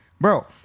Bro